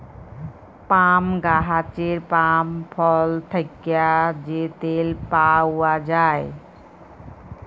পাম গাহাচের পাম ফল থ্যাকে যে তেল পাউয়া যায়